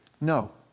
No